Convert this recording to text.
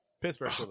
Pittsburgh